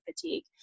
fatigue